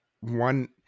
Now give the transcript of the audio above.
one